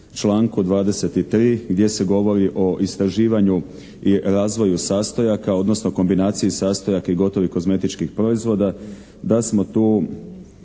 članku 23. gdje se govori o istraživanju i razvoju sastojaka, odnosno kombinaciji sastojaka i gotovih kozmetičkih proizvoda da smo tu